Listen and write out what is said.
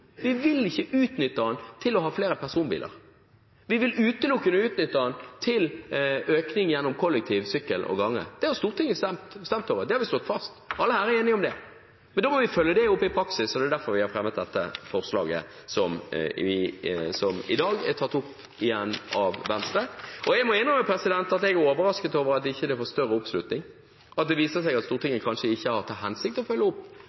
Vi vil ikke utnytte den til flere personbiler. Vi vil utelukkende utnytte den til økning gjennom kollektivtransport, sykkel og gange. Det har Stortinget stemt over. Det har vi slått fast. Alle her er enige om det. Men da må vi følge det opp i praksis, og det er derfor vi har fremmet dette forslaget, som i dag er tatt opp igjen av Venstre. Jeg må innrømme at jeg er overrasket over at det ikke får større oppslutning, at det viser seg at Stortinget kanskje ikke har til hensikt å følge opp